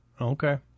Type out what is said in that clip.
Okay